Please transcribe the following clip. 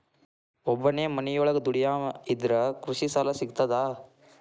ಒಬ್ಬನೇ ಮನಿಯೊಳಗ ದುಡಿಯುವಾ ಇದ್ರ ಕೃಷಿ ಸಾಲಾ ಸಿಗ್ತದಾ?